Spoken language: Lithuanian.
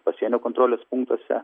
pasienio kontrolės punktuose